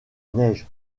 neige